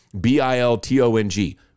b-i-l-t-o-n-g